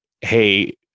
Hey